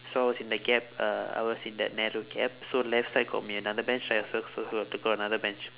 so I was in the gap uh I was in that narrow gap so left side got my another bench right so so pu~ to pull another bench